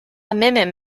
mimim